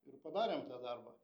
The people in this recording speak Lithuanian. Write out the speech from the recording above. ir padarėm tą darbą